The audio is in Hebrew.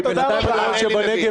בואו נתחיל.